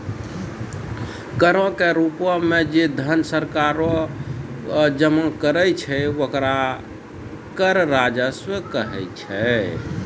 करो के रूपो मे जे धन सरकारें जमा करै छै ओकरा कर राजस्व कहै छै